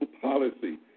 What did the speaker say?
policy